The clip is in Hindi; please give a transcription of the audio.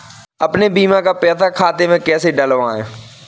अपने बीमा का पैसा खाते में कैसे डलवाए?